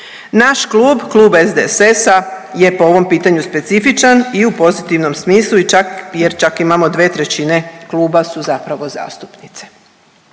Naš klub, klub SDSS-a je po ovom pitanju specifičan i u pozitivnom smislu i čak, jer čak imamo 2/3 kluba su zapravo zastupnice.